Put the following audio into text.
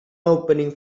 opening